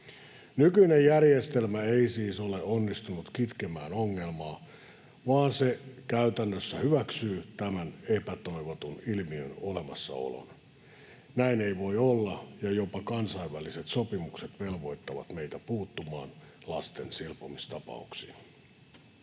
Nykyinen järjestelmä ei siis ole onnistunut kitkemään ongelmaa, vaan se käytännössä hyväksyy tämän epätoivotun ilmiön olemassaolon. Näin ei voi olla, ja jopa kansainväliset sopimukset velvoittavat meitä puuttumaan lasten silpomistapauksiin.